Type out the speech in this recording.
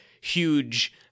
huge